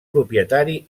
propietari